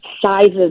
sizes